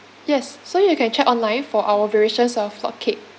yes so you can check online for our variations of log cake